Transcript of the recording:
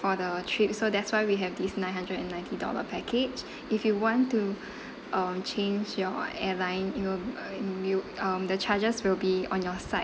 for the trip so that's why we have this nine hundred and ninety dollar package if you want to um change your airline you'll uh you um the charges will be on your side